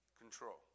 control